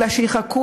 אלא כדי שיחקו,